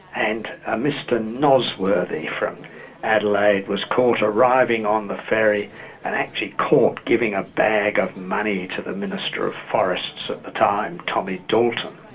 and a mr nosworthy from adelaide was caught arriving on the ferry and actually caught giving a bag of money to the minister of forests at the time, tommy d'alton.